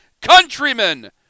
countrymen